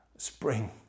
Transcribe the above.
spring